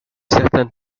certaine